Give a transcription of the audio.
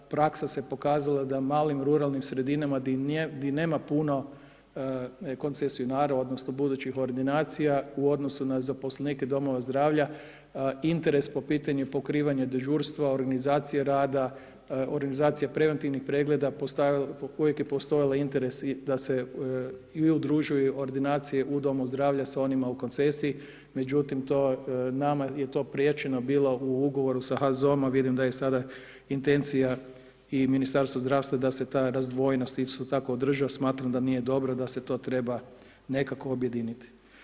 Praksa se pokazala da u malim ruralnim sredinama gdje nema puno koncesionara odnosno budućih ordinacija u odnosu na zaposlenike domova zdravlja interes po pitanju dežurstva, organizacije rada, organizacije preventivnih pregleda, uvijek je postojao interes da se i udružuju ordinacije u domu zdravlja s onima u koncesiji, međutim to nama je to priječeno bilo u ugovoru sa HZZO-om, a vidim da je i sada intencija i Ministarstva zdravstva da se ta razdvojnost isto tako održi, smatram da nije dobro da se to treba nekako objediniti.